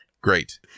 Great